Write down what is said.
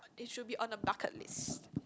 it should be on the bucket list